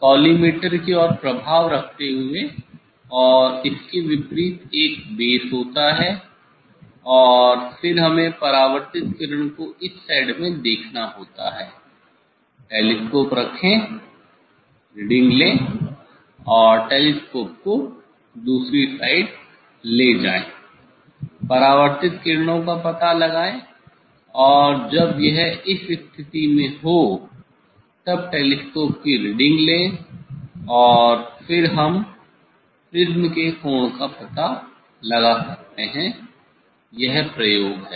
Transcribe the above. collimator की ओर प्रभाव रखते हुए और इसके विपरीत एक बेस होता है और फिर हमें परावर्तित किरण को इस साइड में देखना होता है टेलीस्कोप रखें रीडिंग लें और टेलीस्कोप को दूसरी साइड ले जाएँ परावर्तित किरणों का पता लगाएँ और जब यह इस स्थिति में हो तब टेलीस्कोप की रीडिंग लें और फिर हम प्रिज्म के कोण का पता लगा सकते हैं यह प्रयोग है